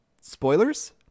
spoilers